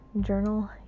journal